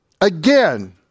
Again